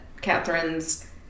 Catherine's